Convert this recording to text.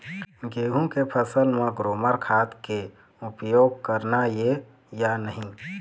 गेहूं के फसल म ग्रोमर खाद के उपयोग करना ये या नहीं?